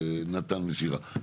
נתן ושירה,